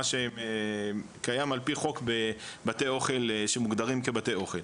מה שקיים על פי חוק בבתי אוכלים שמוגדרים כבתי אוכל.